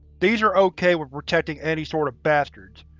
these are ok with protecting any sort of bastards.